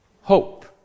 Hope